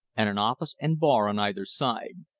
and an office and bar on either side.